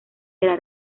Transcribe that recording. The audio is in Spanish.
será